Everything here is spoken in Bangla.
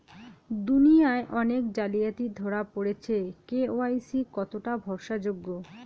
দুনিয়ায় অনেক জালিয়াতি ধরা পরেছে কে.ওয়াই.সি কতোটা ভরসা যোগ্য?